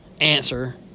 answer